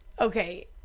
okay